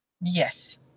Yes